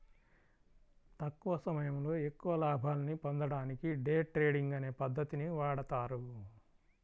తక్కువ సమయంలో ఎక్కువ లాభాల్ని పొందడానికి డే ట్రేడింగ్ అనే పద్ధతిని వాడతారు